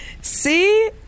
See